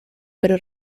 pero